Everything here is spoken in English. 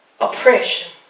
Oppression